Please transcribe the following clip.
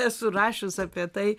esu rašius apie tai